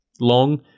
long